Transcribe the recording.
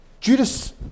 judas